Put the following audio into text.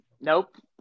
Nope